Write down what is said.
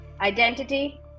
identity